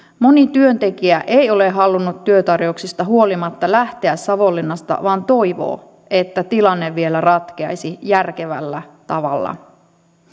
moni työntekijä ei ole halunnut työtarjouksista huolimatta lähteä savonlinnasta vaan toivoo että tilanne vielä ratkeaisi järkevällä tavalla